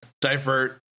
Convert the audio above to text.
Divert